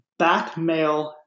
backmail